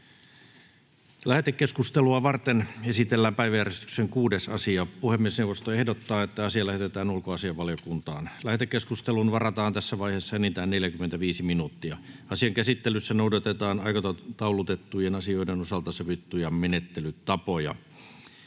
Lähetekeskustelua varten esitellään päiväjärjestyksen 6. asia. Puhemiesneuvosto ehdottaa, että asia lähetetään ulkoasiainvaliokuntaan. Lähetekeskusteluun varataan tässä vaiheessa enintään 45 minuuttia. Asian käsittelyssä noudatetaan aikataulutettujen asioiden osalta sovittuja menettelytapoja.